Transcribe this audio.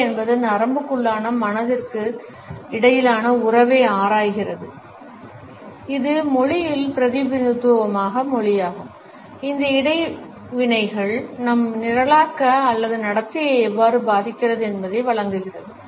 B என்பது நரம்புக்குள்ளான மனதிற்கு இடையிலான உறவை ஆராய்கிறது இது மொழியியல் பிரதிநிதித்துவமான மொழியாகும் இந்த இடைவினைகள் நம் நிரலாக்க அல்லது நடத்தையை எவ்வாறு பாதிக்கின்றன என்பதை வழங்குகிறது